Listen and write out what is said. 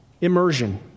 Immersion